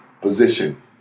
position